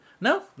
No